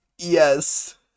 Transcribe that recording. Yes